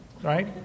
right